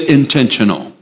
intentional